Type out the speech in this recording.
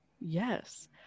yes